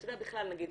בכלל, נגיד